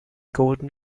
golden